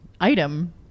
item